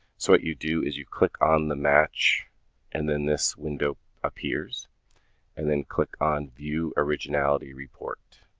so what you do is you click on the match and then this window appears and then click on view originality report.